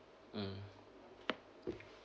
mm